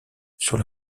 sur